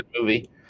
movie